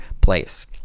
place